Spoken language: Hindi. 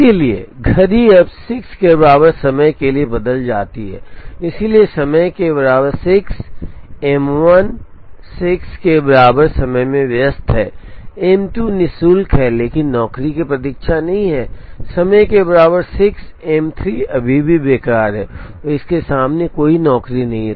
इसलिए घड़ी अब 6 के बराबर समय के लिए बदल जाती है इसलिए समय के बराबर 6 M 1 6 के बराबर समय में व्यस्त है एम 2 नि शुल्क है लेकिन नौकरी की प्रतीक्षा नहीं है समय के बराबर 6 एम 3 अभी भी बेकार है और इसके सामने कोई नौकरी नहीं है